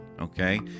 okay